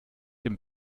dem